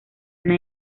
una